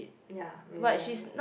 ya when I younger